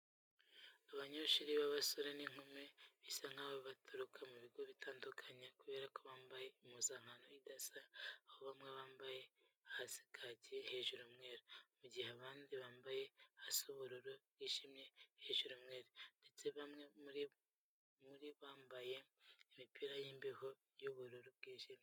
Abanyeshuri b'abasore n'inkumi bisa n'aho baturuka ku bigo bitandukanye kubera ko bambaye impuzankano idasa aho bamwe bambaye hasi kaki, hejuru umweru mu gihe abandi bambaye hasi ubururu bwijimye hejuru umweru ndetse bamwe muri bambaye imipira y'imbeho y'ubururu bwijimye.